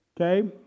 Okay